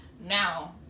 Now